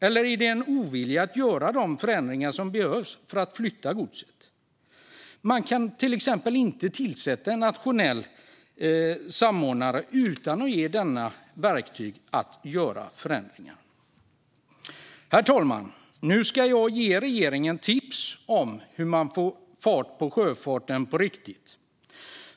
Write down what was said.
Eller handlar det om en ovilja att göra de förändringar som behövs för att flytta gods? Man kan till exempel inte tillsätta en nationell samordnare utan att ge denne verktyg att göra förändringar. Herr talman! Nu ska jag ge regeringen tips om hur man får fart på sjöfarten på riktigt.